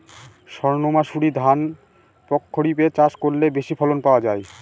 সর্ণমাসুরি ধান প্রক্ষরিপে চাষ করলে বেশি ফলন পাওয়া যায়?